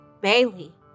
Bailey